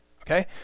okay